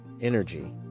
energy